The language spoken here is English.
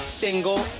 single